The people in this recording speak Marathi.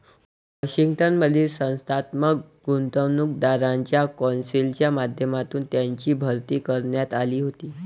वॉशिंग्टन मधील संस्थात्मक गुंतवणूकदारांच्या कौन्सिलच्या माध्यमातून त्यांची भरती करण्यात आली होती